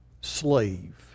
slave